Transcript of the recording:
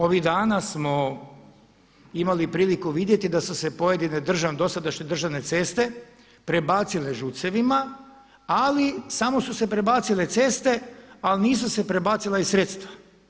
Ovih dana smo imali priliku vidjeti da su se pojedine dosadašnje državne ceste prebacile ŽUC-evima ali samo su se prebacile ceste ali nisu se prebacila i sredstva.